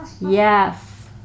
Yes